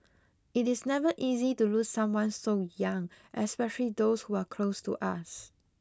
it is never easy to lose someone so young especially those who are close to us